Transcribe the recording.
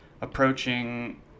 approaching